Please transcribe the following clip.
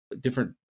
different